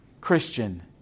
Christian